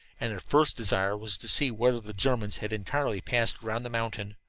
and their first desire was to see whether the germans had entirely passed around the mountain.